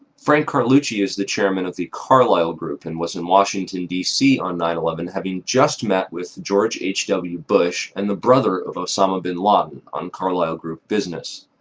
frank carlucci is the chairman of the carlyle group, and was in washington d c. on nine eleven, having just met with george h. w. bush and the brother of osama bin laden on carlyle group business.